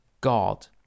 god